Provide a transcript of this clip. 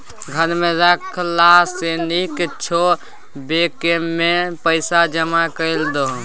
घर मे राखला सँ नीक छौ बैंकेमे पैसा जमा कए दही